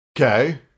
Okay